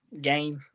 game